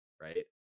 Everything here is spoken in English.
right